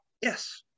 yes